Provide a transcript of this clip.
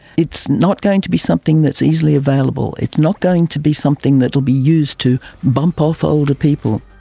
it's not going to be something that's easily available, it's not going to be something that will be used to bump off older people.